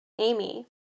Amy